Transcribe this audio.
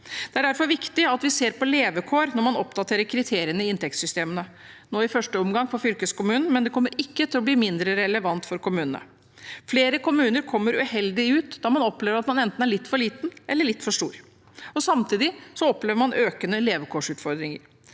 Det er derfor viktig at man ser på levekår når man oppdaterer kriteriene i inntektssystemet, nå i første omgang for fylkeskommunen, men det kommer ikke til å bli mindre relevant for kommunene. Flere kommuner kommer uheldig ut da man opplever at man enten er litt for liten eller litt for stor, og samtidig opplever man økende levekårsutfordringer.